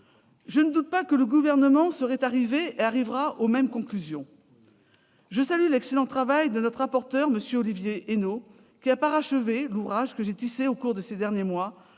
Je ne doute pas que le Gouvernement serait arrivé, et arrivera, aux mêmes conclusions. Je salue l'excellent travail de notre rapporteur, M. Olivier Henno. Il a parachevé l'ouvrage que j'ai tissé au cours des derniers mois,